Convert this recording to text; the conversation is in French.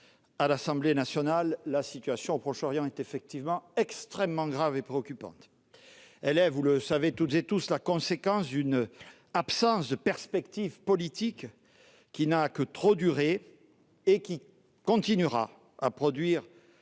à l'Assemblée nationale, la situation au Proche-Orient est effectivement extrêmement grave et préoccupante. Elle est, vous le savez toutes et tous, la conséquence d'une absence de perspective politique qui n'a que trop duré, et qui continuera à produire